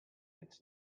its